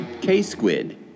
K-Squid